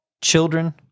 children